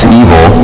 evil